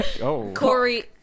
Corey